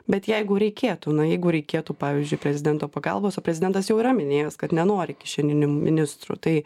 bet jeigu reikėtų na jeigu reikėtų pavyzdžiui prezidento pagalbos o prezidentas jau yra minėjęs kad nenori kišeninių ministrų tai